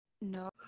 No